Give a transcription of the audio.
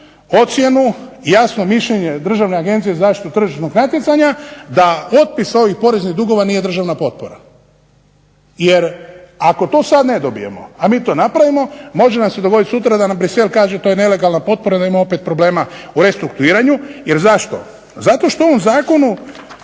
ocjenu i jasno mišljenje Državne agencije za zaštitu tržišnog natjecanja da otpis ovih poreznih dugova nije državna potpora, jer ako to sada ne dobijemo, a mi to napravimo, može nam se dogoditi sutra da nama Bruxelles kaže to je nelegalna potpora da imamo opet problema u restrukturiranju. Jer zašto? Zato što u ovom zakonu